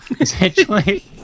essentially